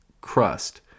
crust